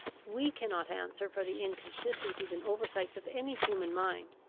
we cannot answer for the inconsistences and oversights of any human mind,